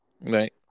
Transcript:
right